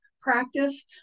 practice